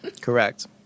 Correct